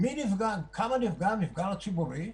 כמה נפגע המגזר הציבורי?